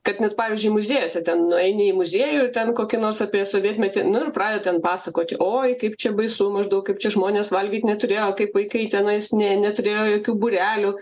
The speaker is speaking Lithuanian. kad net pavyzdžiui muziejuose ten nueini į muziejų ten kokį nors apie sovietmetį nu ir pradeda ten pasakoti oi kaip čia baisu maždaug kaip čia žmonės valgyt neturėjo kaip vaikai tenais ne neturėjo jokių būrelių